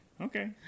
Okay